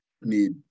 need